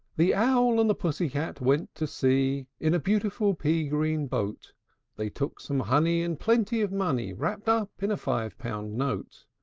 the owl and the pussy-cat went to sea in a beautiful pea-green boat they took some honey, and plenty of money wrapped up in a five-pound note.